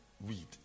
weed